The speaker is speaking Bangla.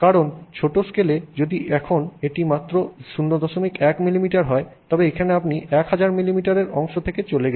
কারণ ছোট স্কেলে যদি এটি এখন মাত্র 01 মিলিমিটার হয় তবে এখানে আপনি 1000 মিলিমিটারের অংশ থেকে চলে গেছেন